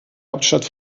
hauptstadt